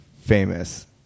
famous